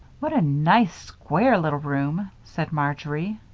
what a nice, square little room! said marjory.